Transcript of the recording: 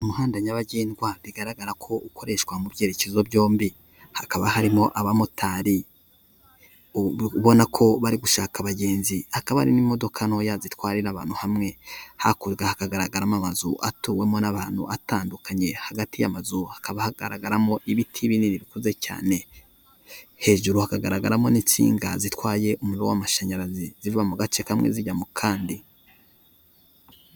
Umuhanda nyabagendwa bigaragara ko ukoreshwa mu byerekezo byombi hakaba harimo abamotari ubona ko bari gushaka abagenzi akaba ari' imodoka ntoya zitwarira abantu hamwe, hakozwe hakagaragaramo amazu atuwemo n'abantu atandukanye hagati y'amazu hakaba hagaragaramo ibiti binini bitozwe cyane hejuru hakagaragaramo n'insinga zitwaye umuriro w'amashanyarazi ziva mu gace kamwe zijya mu kandi.